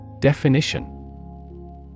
Definition